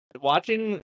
Watching